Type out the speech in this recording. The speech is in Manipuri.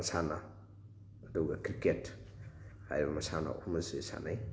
ꯃꯁꯥꯟꯅ ꯑꯗꯨꯒ ꯀ꯭ꯔꯤꯛꯀꯦꯠ ꯍꯥꯏꯔꯤꯕ ꯃꯁꯥꯟꯅ ꯑꯍꯨꯝ ꯑꯁꯤ ꯁꯥꯟꯅꯩ